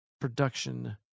production